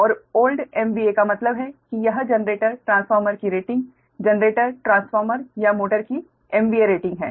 और old MVA का मतलब है कि यह जनरेटर ट्रांसफार्मर की रेटिंग जनरेटर ट्रांसफार्मर या मोटर की MVA रेटिंग है